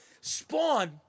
Spawn